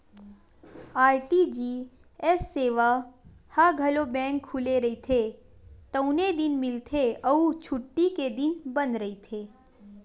RTGS सेवा ह घलो बेंक खुले रहिथे तउने दिन मिलथे अउ छुट्टी के दिन बंद रहिथे